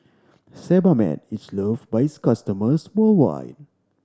Sebamed is love by its customers worldwide